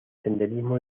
senderismo